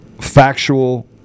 factual